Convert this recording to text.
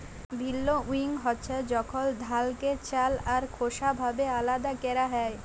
ভিল্লউইং হছে যখল ধালকে চাল আর খোসা ভাবে আলাদা ক্যরা হ্যয়